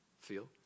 feel